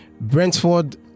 Brentford